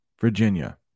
Virginia